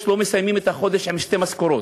שהם לא מסיימים את החודש עם שתי משכורות,